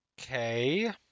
Okay